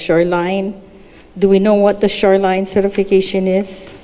shoreline do we know what the shoreline certification i